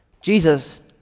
Jesus